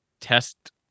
test